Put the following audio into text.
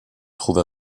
trouve